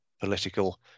political